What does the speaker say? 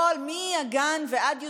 מהגן ועד י"ב,